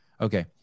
Okay